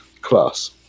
class